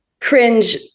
cringe